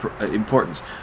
importance